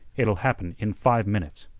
it'll happen in five minutes.